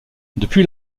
depuis